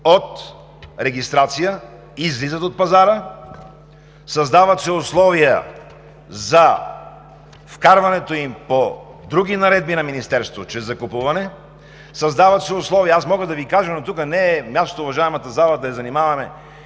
от регистрация, излизат от пазара. Създават се условия за вкарването им по други наредби на Министерството чрез закупуване. Създават се условия – аз мога да Ви кажа, но тук не е мястото да занимаваме